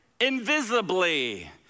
invisibly